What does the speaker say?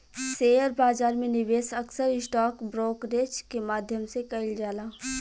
share बाजार में निवेश अक्सर स्टॉक ब्रोकरेज के माध्यम से कईल जाला